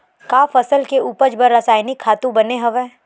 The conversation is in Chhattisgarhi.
का फसल के उपज बर रासायनिक खातु बने हवय?